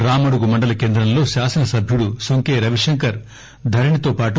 రామడుగు మండల కేంద్రంలో శాసనసభ్యుడు సుంకె రవిశంకర్ ధరణితో పాటు